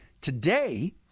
Today